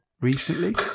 recently